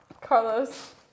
Carlos